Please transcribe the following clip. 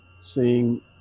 seeing